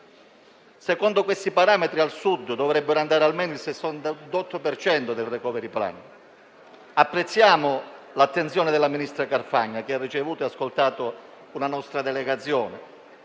Secondo questi parametri, al Sud dovrebbe andare almeno il 60 per cento delle risorse del *recovery plan.* Apprezziamo l'attenzione del ministro Carfagna, che ha ricevuto e ascoltato una nostra delegazione.